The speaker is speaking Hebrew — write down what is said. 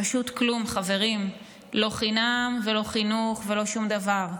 פשוט כלום, חברים, לא חינם ולא חינוך ולא שום דבר.